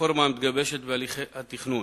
הרפורמה המתגבשת בהליכי התכנון,